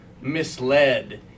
misled